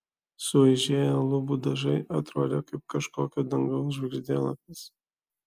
sueižėję lubų dažai atrodė kaip kažkokio dangaus žvaigždėlapis